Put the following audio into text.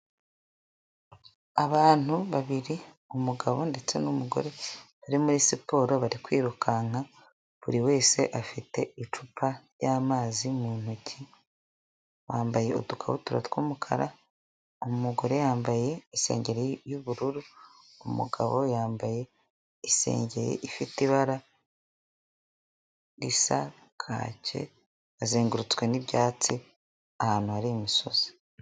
Abantu babiri umugabo ndetse n'umugore bari muri siporo bari kwirukanka buri wese afite icupa ry'amazi mu ntoki, bambaye udukabutura tw'umukara umugore yambaye isengeri y'ubururu, umugabo yambaye isengeri ifite ibara risa kake azengurutswe n'ibyatsi ahantu hari imisozi.